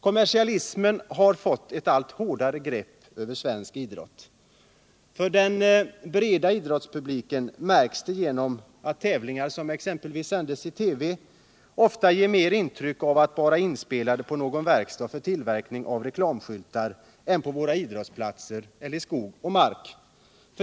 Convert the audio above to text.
Kommersialismen får ett allt hårdare grepp över svensk idrott. För den breda idrottspubliken märks detta genom att tävlingar som sänds i TV ofta ger intryck av att mera vara inspelade på någon verkstad för tillverkning av reklamskyltar än på våra idrottsplatser eller i skog och mark.